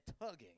tugging